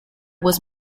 was